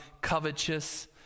covetous